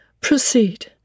proceed